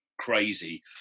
crazy